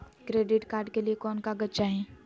Credit card के लिए कौन कागज चाही?